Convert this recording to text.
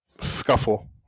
scuffle